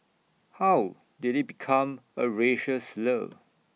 how did IT become A racial slur